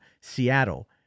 Seattle